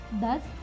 Thus